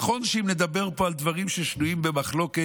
נכון שאם נדבר פה על דברים ששנויים במחלוקת,